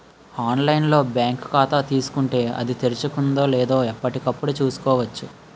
online లో bank ఖాతా తీసుకుంటే, అది తెరుచుకుందో లేదో ఎప్పటికప్పుడు చూసుకోవచ్చు